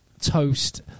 toast